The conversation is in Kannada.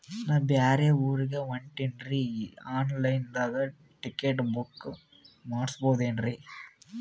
ನಾ ಬ್ಯಾರೆ ಊರಿಗೆ ಹೊಂಟಿನ್ರಿ ಆನ್ ಲೈನ್ ದಾಗ ಟಿಕೆಟ ಬುಕ್ಕ ಮಾಡಸ್ಬೋದೇನ್ರಿ?